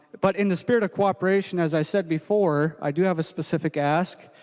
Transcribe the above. but in the spirit of cooperation as i said before i do have a specific ask.